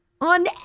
on